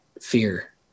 fear